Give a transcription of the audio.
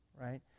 right